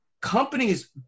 Companies